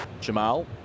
Jamal